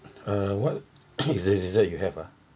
uh what dessert you have ah